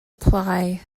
ply